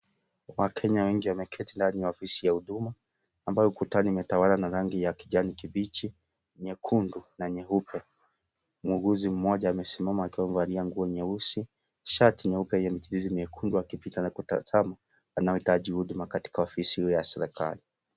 Wakenya wengi wameketi ndani ya ofisi ya huduma ambayo ukutani imetawala na rangi ya kijani kibichi, nyekundu na nyeupe. Mwuguzi mmoja amesimama akiwa amevalia nguo nyeusi, shati nyeupe na kuwatazama wanaohitaji huduma katika ofisi ya serikali.